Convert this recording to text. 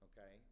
Okay